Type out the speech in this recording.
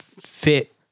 fit